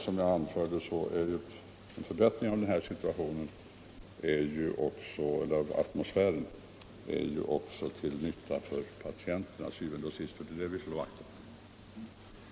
Som jag antydde är en förbättring av atmosfären till nytta också för patienterna, och det är dem vi vill slå vakt om.